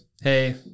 hey